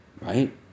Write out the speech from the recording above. Right